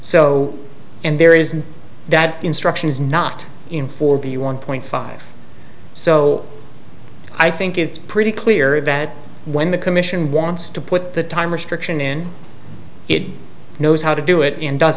so and there isn't that instruction is not in for be one point five so i think it's pretty clear that when the commission wants to put the time restriction in it knows how to do it and